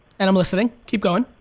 and i'm listening, keep going.